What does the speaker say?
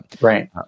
right